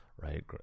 Right